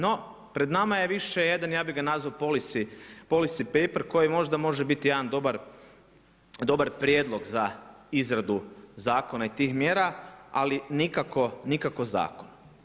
No, pred nama je više jedan ja bih ga nazvao police paper koji možda može biti jedan dobar prijedlog za izradu zakona i tih mjera ali nikako zakon.